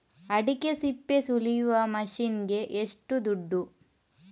ಅಡಿಕೆ ಸಿಪ್ಪೆ ಸುಲಿಯುವ ಮಷೀನ್ ಗೆ ಏಷ್ಟು ದುಡ್ಡು?